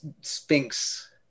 sphinx